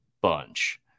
bunch